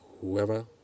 whoever